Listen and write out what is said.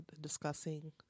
discussing